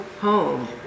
home